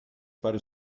para